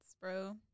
bro